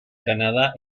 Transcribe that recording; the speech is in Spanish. canadá